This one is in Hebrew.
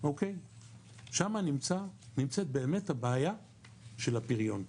שם נמצאת באמת הבעיה של הפריון.